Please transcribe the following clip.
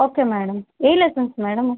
okay madam ఏ lessons madam